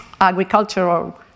agricultural